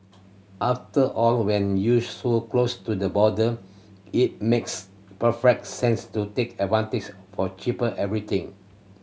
after all when you so close to the border it makes perfect sense to take advantage for cheaper everything